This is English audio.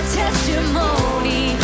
testimony